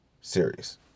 series